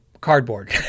cardboard